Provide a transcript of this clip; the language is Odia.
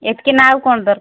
ଏତିକି ନା ଆଉ କ'ଣ ଦରକାର